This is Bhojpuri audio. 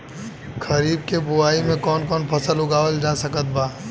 खरीब के बोआई मे कौन कौन फसल उगावाल जा सकत बा?